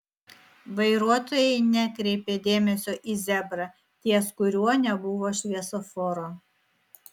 vairuotojai nekreipė dėmesio į zebrą ties kuriuo nebuvo šviesoforo